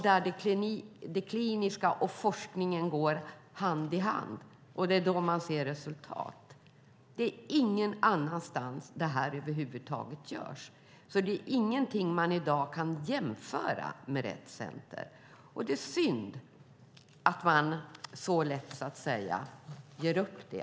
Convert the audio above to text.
Det kliniska och forskningen går hand i hand, och det är då man ser resultat. Detta görs över huvud taget inte någon annanstans. Det finns ingenting som man i dag kan jämföra med Rett Center. Det är synd att man så lätt ger upp det.